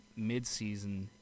midseason